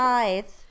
eyes